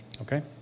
okay